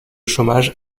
chômage